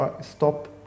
stop